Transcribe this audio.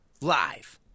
live